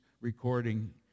recording